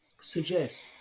suggest